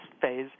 phase